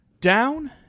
down